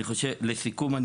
לסיכום,